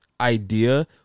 idea